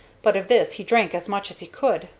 but of this he drank as much as he could,